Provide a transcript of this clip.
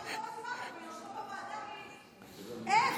הוא אמר שהיא לא מתאימה, ובסוף הוועדה, איך?